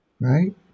right